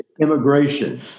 immigration